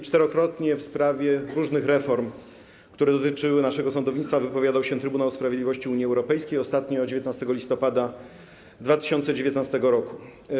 Czterokrotnie w sprawie różnych reform, które dotyczyły naszego sądownictwa, wypowiadał się Trybunał Sprawiedliwości Unii Europejskiej, ostatnio 19 listopada 2019 r.